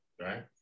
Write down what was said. right